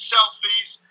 Selfies